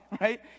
right